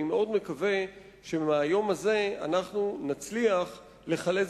אני מאוד מקווה שמהיום הזה אנחנו נצליח לחלץ